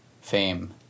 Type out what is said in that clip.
fame